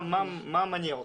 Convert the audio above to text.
מה מניע אתכם?